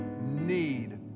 need